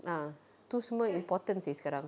ah itu semua important seh sekarang